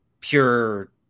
pure